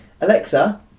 Alexa